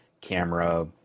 camera